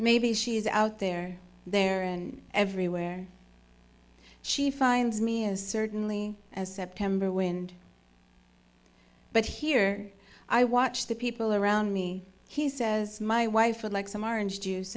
maybe she's out there there and everywhere she finds me as certainly as september wind but here i watch the people around me he says my wife would like some r and juice